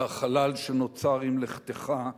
החלל שנוצר עם לכתך,